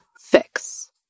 fix